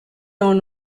dans